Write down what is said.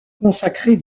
consacrer